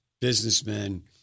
businessmen